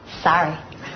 Sorry